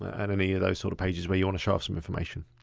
and any of those sort of pages where you wanna show off some information.